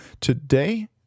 Today